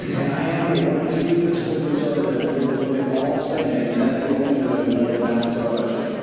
and i am the one true fiscal conservative who will look at all spending. and that's the only way we'll ever balance our budget.